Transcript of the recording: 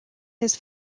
his